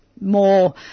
more